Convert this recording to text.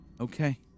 Okay